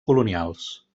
colonials